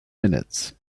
minutes